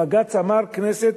בג"ץ אמר: הכנסת